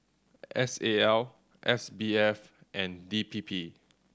S A L S B F and D P P